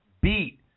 beat